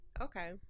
okay